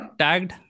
tagged